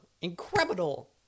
Incredible